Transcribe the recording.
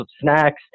snacks